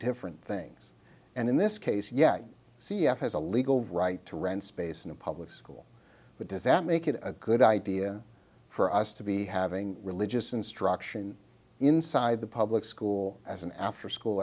different things and in this case yeah c f has a legal right to rent space in a public school but does that make it a good idea for us to be having religious instruction inside the public school as an after school